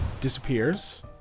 disappears